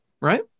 Right